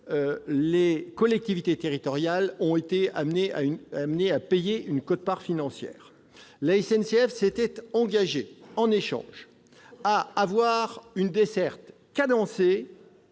les collectivités territoriales ont été amenées à payer une quote-part financière. C'est exact ! La SNCF s'était engagée, en échange, à offrir une desserte cadencée